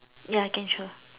ya can sure